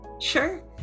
sure